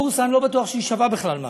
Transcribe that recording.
הבורסה, אני לא בטוח שהיא שווה בכלל משהו.